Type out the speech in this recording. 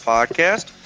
Podcast